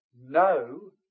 no